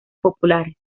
populares